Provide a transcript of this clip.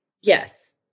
Yes